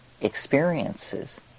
experiences